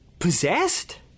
Possessed